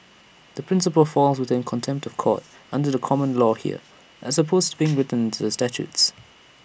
the principle falls within contempt of court under common law here as opposed being written statutes